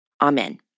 Amen